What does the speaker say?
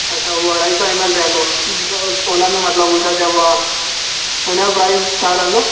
अछा हू अढाई सौ ऐम ऐल रहंदो ॿियो हुन में मतिलबु हू छा चइबो आहे उन जो प्राइज छा रहंदो